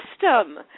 system